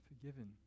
forgiven